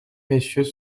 messieurs